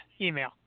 email